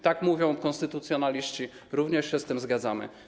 Tak mówią konstytucjonaliści, również się z tym zgadzamy.